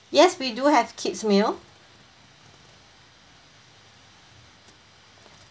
yes we do have kids meal